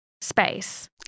Space